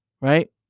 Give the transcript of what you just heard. Right